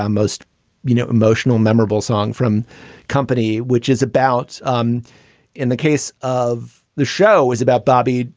um most you know emotional, memorable song from company, which is about um in the case of the show, is about bobby,